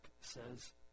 says